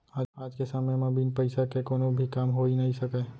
आज के समे म बिन पइसा के कोनो भी काम होइ नइ सकय